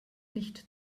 nicht